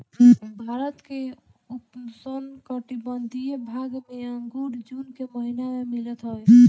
भारत के उपोष्णकटिबंधीय भाग में अंगूर जून के महिना में मिलत हवे